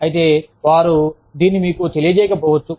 అయితే వారు దీన్ని మీకు తెలియజేయకపోవచ్చు